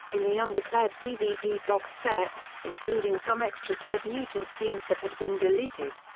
in the undeclared dvd box set, including some extra ted nugent scenes that had been deleted.